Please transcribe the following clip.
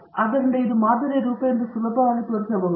ಆದ್ದರಿಂದ ಇದು ಮಾದರಿಯ ರೂಪ ಎಂದು ನೀವು ಸುಲಭವಾಗಿ ತೋರಿಸಬಹುದು